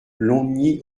longny